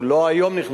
הוא לא נכנס היום,